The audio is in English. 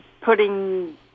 putting